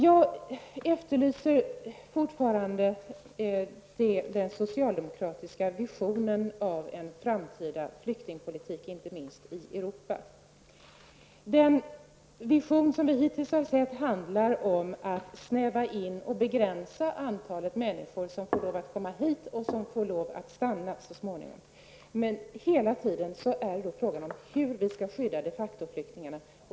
Jag efterlyser fortfarande den socialdemokratiska visionen för en framtida flyktingpolitik, inte minst i Europa. Den vision som vi hittills sett prov på är inriktad på att snäva in och begränsa antalet människor som får lov att komma hit och så småningom stanna. Men hela tiden är det fråga om hur vi skall skydda de facto-flyktingarna.